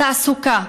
התעסוקה,